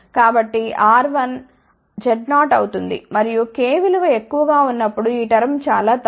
కాబట్టి R1 Z0 అవుతుంది మరియు k విలువ ఎక్కువగా ఉన్నప్పుడు ఈ టర్మ్ చాలా తక్కువ